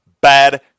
bad